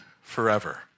forever